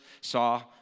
saw